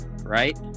Right